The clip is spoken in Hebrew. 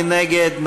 מי נגד?